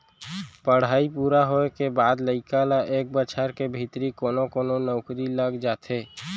पड़हई पूरा होए के बाद लइका ल एक बछर के भीतरी कोनो कोनो नउकरी लग जाथे